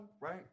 right